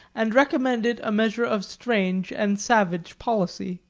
and recommended a measure of strange and savage policy.